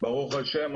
ברוך השם.